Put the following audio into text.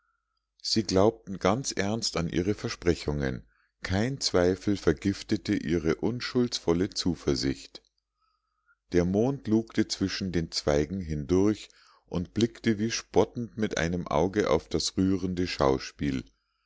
sie glaubten ganz ernst an ihre versprechungen kein zweifel vergiftete ihre unschuldsvolle zuversicht der mond lugte wischen den zweigen hindurch und blickte wie spottend mit einem auge auf das rührende schauspiel